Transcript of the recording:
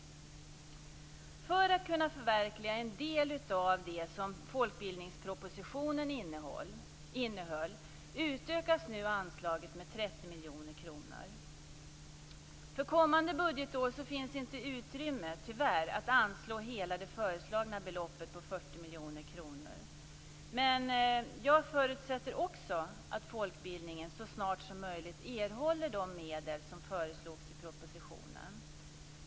För att kunna förverkliga en del av det som folkbildningspropositionen innehöll utökas nu anslaget med 30 miljoner kronor. För kommande budgetår finns tyvärr inte utrymme att anslå hela det föreslagna beloppet på 40 miljoner kronor, men jag förutsätter också att folkbildningen så snart som möjligt erhåller de medel som föreslogs i propositionen.